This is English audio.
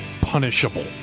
punishable